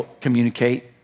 communicate